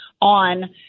on